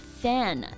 fan